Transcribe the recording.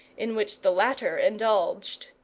in which the latter indulged.